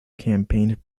campaigned